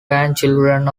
grandchildren